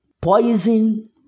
poison